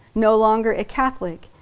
no longer a catholic,